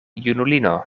junulino